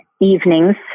evenings